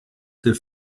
der